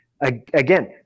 again